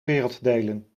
werelddelen